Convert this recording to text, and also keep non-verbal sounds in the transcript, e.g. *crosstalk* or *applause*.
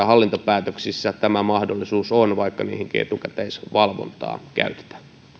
*unintelligible* hallintopäätöksissä tämä mahdollisuus on vaikka niihinkin etukäteisvalvontaa käytetään